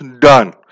done